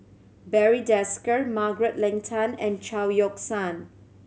Barry Desker Margaret Leng Tan and Chao Yoke San